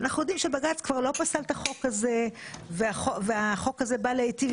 אבל אנחנו יודעים שבג"ץ כבר לא פסל את החוק הזה והחוק הזה בא להיטיב